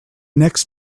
next